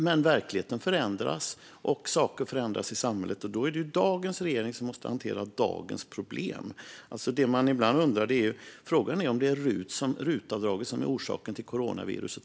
Men verkligheten förändras och saker förändras i samhället, och då är det dagens regering som måste hantera dagens problem. Ibland undrar man om RUT-avdraget också är orsaken till coronaviruset.